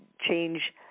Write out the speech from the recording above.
change